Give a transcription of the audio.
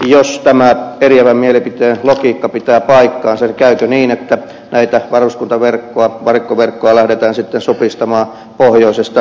jos tämä eriävän mielipiteen logiikka pitää paikkansa käykö niin että varuskuntaverkkoa ja varikkoverkkoa lähdetään supistamaan pohjoisesta etelään ylhäältä alaspäin